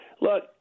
look